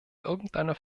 irgendeiner